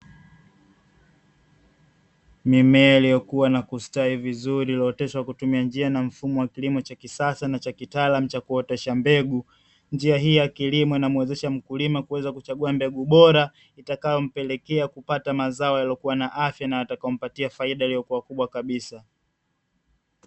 Mimea iliyokuwa na kustawi vizuri, iliyooteshwa kutumia njia na mfumo wa kilimo cha kisasa na cha kitaalamu cha kuotesha mbegu. Njia hii ya kilimo inamwezesha mkulima kuweza kuchagua mbegu bora itakayompelekea kupata mazao yaliyokuwa na afya na yatakayompatia faida iliyokuwa kubwa kabisa.